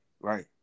right